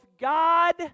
God